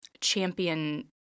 Champion